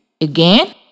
Again